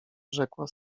rzekła